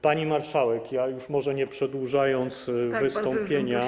Pani marszałek, już może nie przedłużając wystąpienia.